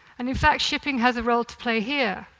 and in fact, shipping has a role to play here,